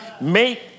Make